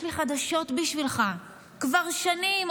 יש לי חדשות בשבילך: כבר שנים,